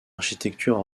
architecture